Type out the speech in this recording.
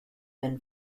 been